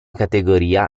categoria